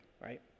right